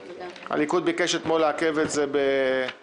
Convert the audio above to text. הליכוד ביקש אתמול לעכב את זה ביום,